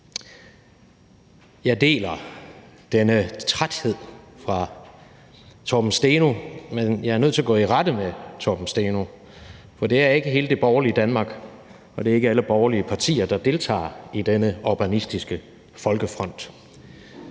Jeg deler denne træthed fra Torben Steno, men jeg er nødt til at gå i rette med Torben Steno, for det er ikke hele det borgerlige Danmark, og det er ikke alle borgerlige partier, der deltager i denne Orbanistisk Folkefront.